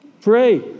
Pray